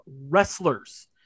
Wrestlers